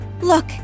Look